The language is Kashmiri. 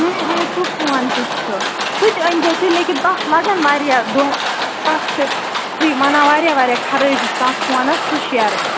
سُہ فون تہِ چھُ سُہ تہِ أنۍزیٚو تُہۍ لیکِن تَتھ لَگَن واریاہ دۄہ تَتھ چھِ تُہۍ وَنان واریاہ واریاہ خرٲبی چھِ تَتھ فونَس سُہ شیرٕ بہٕ